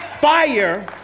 Fire